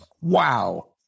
Wow